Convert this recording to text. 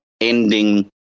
ending